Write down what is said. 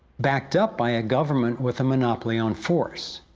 backed up by a government with a monopoly on force.